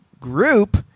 group